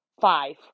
five